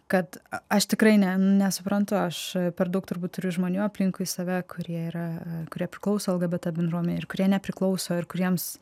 kad aš tikrai ne nesuprantu aš per daug turbūt turiu žmonių aplinkui save kurie yra kurie priklauso lgbt bendruomenei ir kurie nepriklauso ir kuriems